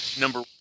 Number